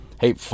hey